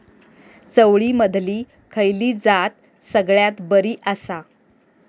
चवळीमधली खयली जात सगळ्यात बरी आसा?